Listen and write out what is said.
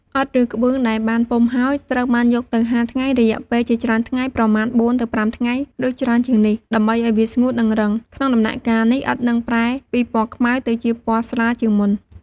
ឥដ្ឋ ឬក្បឿងដែលបានពុម្ពហើយ ត្រូវបានយកទៅហាលថ្ងៃរយៈពេលជាច្រើនថ្ងៃ ប្រមាណ ៤ ទៅ ៥ ថ្ងៃ ឬច្រើនជាងនេះ ដើម្បីឱ្យវាស្ងួត និងរឹង។ ក្នុងដំណាក់កាលនេះ ឥដ្ឋនឹងប្រែពីពណ៌ខ្មៅទៅជាពណ៌ស្រាលជាងមុន។